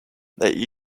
they